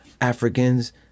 Africans